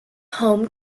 home